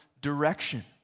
direction